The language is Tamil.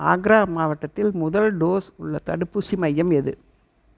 ஆக்ரா மாவட்டத்தில் முதல் டோஸ் உள்ள தடுப்பூசி மையம் எது